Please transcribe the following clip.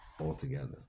altogether